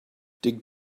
dig